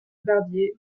barbier